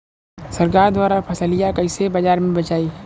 सरकार द्वारा फसलिया कईसे बाजार में बेचाई?